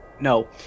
No